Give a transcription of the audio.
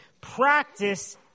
practice